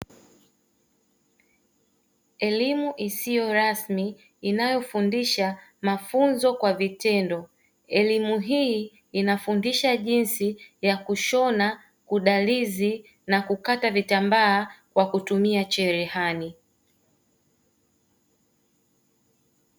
Elimu isiyo rasmi inayofundisha mafunzo kwa vitendo. Elimu hii inafundisha jinsi ya kushona, kudarizi na kukata vitambaa kwa kutumia cherehani.